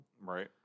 Right